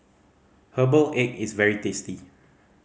herbal egg is very tasty